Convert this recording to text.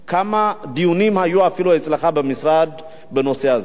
כמה דיונים היו אפילו אצלך במשרד בנושא הזה,